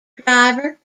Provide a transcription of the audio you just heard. driver